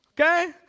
okay